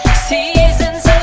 seasons